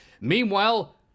Meanwhile